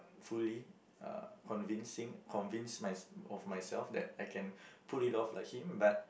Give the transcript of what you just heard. fully uh convincing convinced mys~ of myself that I can pull it off like him but